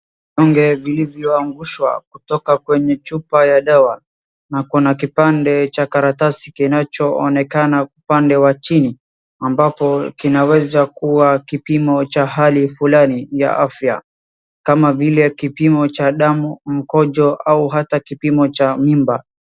Vidonge vilivyoangushwa kutoka kwenye chupa ya dawa, na kuna kipande cha karatasi kinachoonekana upande wa chini, ambapo kinaweza kuwa kipimo cha hali fulani ya afya, kama vile kipimo cha damu, mkojo, au hata kipimo cha mimba.